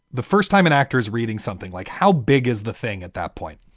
the first time an actor is reading something like how big is the thing at that point?